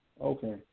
Okay